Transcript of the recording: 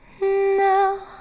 now